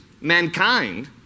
mankind